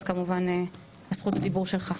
אז כמובן זכות הדיבור שלך.